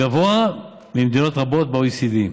גבוה ממדינות רבות ב-OECD.